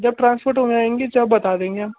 जब ट्रांसपोर्ट हो जाएँगी जब बता देंगे हम